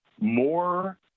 more